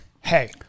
hey